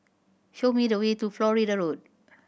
show me the way to Florida Road